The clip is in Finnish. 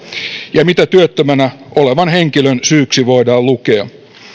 ja mitä työttömänä olevan henkilön syyksi voidaan lukea